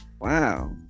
Wow